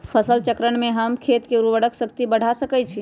फसल चक्रण से हम खेत के उर्वरक शक्ति बढ़ा सकैछि?